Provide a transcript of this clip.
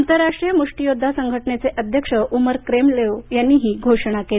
आंतरराष्ट्रीय मुष्टीयोद्धा संघटनेचे अध्यक्ष उमर क्रेमलेव्ह यांनी ही घोषणा केली